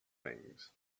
things